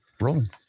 Rolling